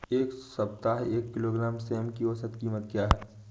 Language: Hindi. इस सप्ताह एक किलोग्राम सेम की औसत कीमत क्या है?